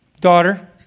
daughter